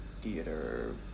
theater